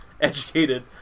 educated